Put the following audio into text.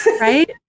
Right